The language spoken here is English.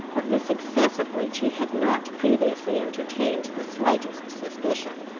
of the success of which he had not previously entertained the slightest suspicion.